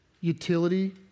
utility